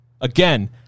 Again